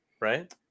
Right